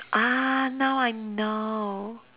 ah now I know